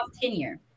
tenure